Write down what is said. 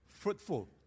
Fruitful